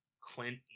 Clint